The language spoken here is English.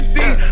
See